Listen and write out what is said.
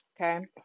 Okay